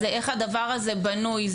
איך הדבר הזה בנוי,